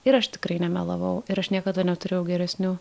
ir aš tikrai nemelavau ir aš niekada neturėjau geresnių